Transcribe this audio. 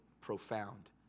profound